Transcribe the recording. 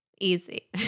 easy